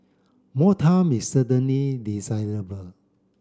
more time is certainly desirable